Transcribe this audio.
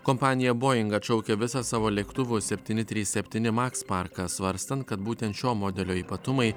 kompanija boing atšaukia visas savo lėktuvo septyni trys septyni maks parką svarstant kad būtent šio modelio ypatumai